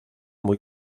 muy